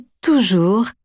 toujours